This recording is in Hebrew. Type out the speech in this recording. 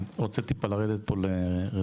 אני רוצה טיפה לרדת פה לרזולוציה.